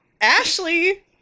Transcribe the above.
Ashley